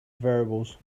variables